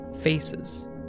Faces